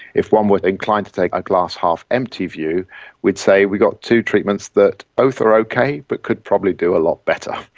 if one were inclined to take a glass-half-empty view we'd say we've got two treatments, both are okay but could probably do a lot better.